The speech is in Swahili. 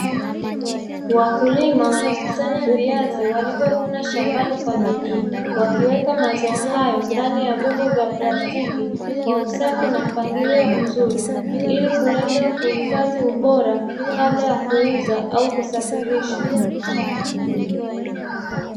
Wakulima wanakusanya viazi walivyovuna shambani kwa bidii wakiweka mazao hayo ndani ya vyombo vya plastiki, kwa usafi na mpangilio mzuri ili kulenga kuhifadhi ubora kabla ya kuuza au kusafirisha.